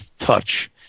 touch